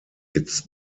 its